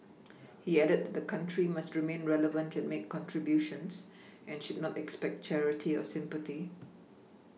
he added that the country must remain relevant and make contributions and should not expect charity or sympathy